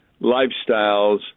lifestyles